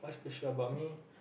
special about me